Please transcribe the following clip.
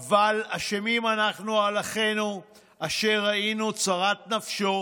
"אבל אשמים אנחנו על אחינו אשר ראינו צרת נפשו